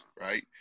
right